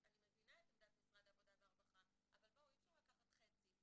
מבינה את עמדת משרד העבודה והרווחה אבל אי-אפשר לקחת חצי.